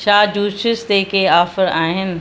छा जूसिस ते को ऑफर आहिनि